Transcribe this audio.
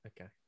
Okay